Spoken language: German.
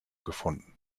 gefunden